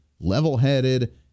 level-headed